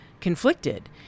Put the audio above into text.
conflicted